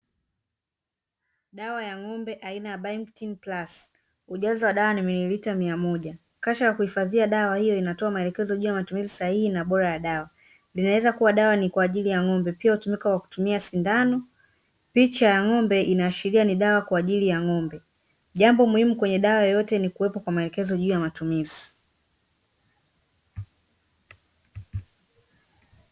Dawa ya ng'ombe aina ya bimectin plus ujazo wa dawa ni milimita mia moja. Kasha ya kuhifadhia dawa hiyo inatoa maelekezo juu ya matumizi sahihi na bora ya dawa, linaweza kuwa dawa ni kwa ajili ya ng'ombe pia hutumika kwa kutumia sindano. Picha ya ng'ombe inaashiria ni dawa kwa ajili ya ng'ombe, jambo muhimu kwenye dawa yoyote ni kuwepo kwa maelekezo juu ya matumizi.